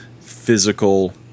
physical